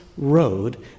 road